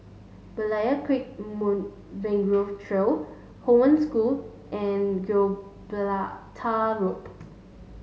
Berlayer Creek Mangrove Trail Hong Wen School and Gibraltar Road